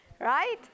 Right